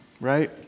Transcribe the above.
right